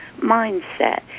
mindset